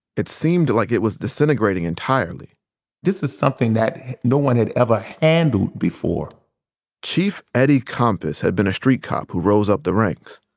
it seemed like it was disintegrating entirely this is something that no one had ever handled before chief eddie compass had been a street cop who rose up the ranks.